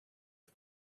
für